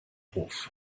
hof